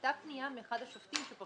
הייתה פנייה מאחד השופטים.